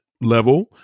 level